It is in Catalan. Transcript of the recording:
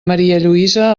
marialluïsa